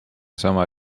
sama